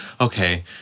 okay